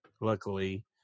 luckily